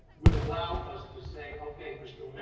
would allow us to say, okay, mr.